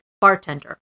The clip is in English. Bartender